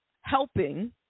helping